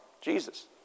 jesus